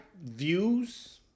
views